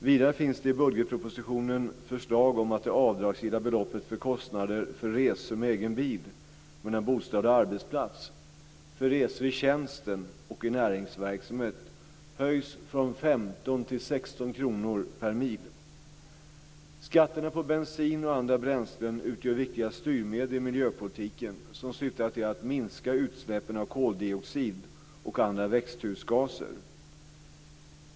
Vidare finns det i budgetpropositionen förslag om att det avdragsgilla beloppet för kostnader för resor med egen bil mellan bostad och arbetsplats, för resor i tjänsten och i näringsverksamhet höjs från 15 till 16 Skatterna på bensin och andra bränslen utgör viktiga styrmedel i miljöpolitiken som syftar till att minska utsläppen av koldioxid och andra växthusgaser.